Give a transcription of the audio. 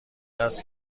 است